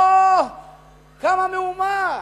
פה קמה מהומה,